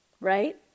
right